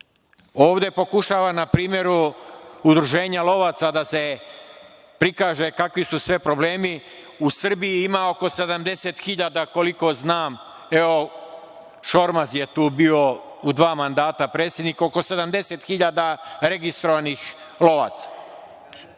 Ovde pokušava na primeru udruženja lovaca da se prikaže kakvi su sve problemi u Srbiji, ima oko 70.000 koliko znam, evo Šormaz je bio u dva mandata predsednik, oko 70.000 registrovanih lovaca.(Dragan